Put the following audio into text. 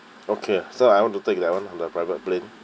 okay ah so I want to take that [one] lah the private plane